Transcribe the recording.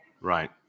right